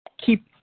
keep